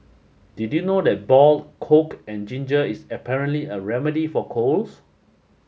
did you know that boiled coke and ginger is apparently a remedy for colds